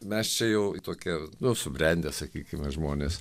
mes čia jau į tokią nu subrendę sakykime žmonės